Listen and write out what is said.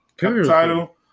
title